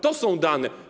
To są dane.